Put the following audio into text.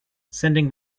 sending